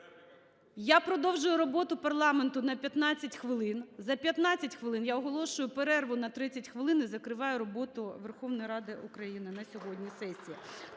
Я продовжую роботу парламенту на 15 хвилин, за 15 хвилин я оголошую перерву на 30 хвилин і закриваю роботу Верховної Ради України на сьогодні, сесії.